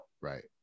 Right